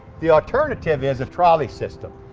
the alternative is, a trolley system.